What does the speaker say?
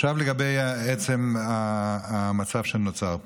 לגבי עצם המצב שנוצר פה,